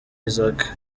isaac